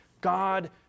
God